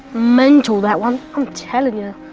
mental, that one. i'm telling you.